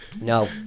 no